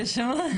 רשימות?